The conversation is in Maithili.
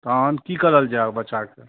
तहन की करल जाए ओहि बच्चाके